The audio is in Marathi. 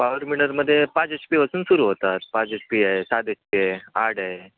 पावर विडरमध्ये पाच एच पीपासून सुरू होतात पाच एच पी आहे सात एच पी आहे आठ आहे